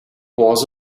was